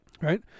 Right